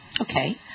Okay